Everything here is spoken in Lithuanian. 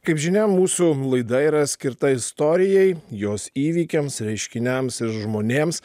kaip žinia mūsų laida yra skirta istorijai jos įvykiams reiškiniams ir žmonėms